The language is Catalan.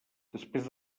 després